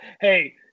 Hey